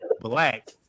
black